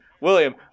William